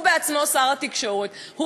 הוא בעצמו שר התקשורת,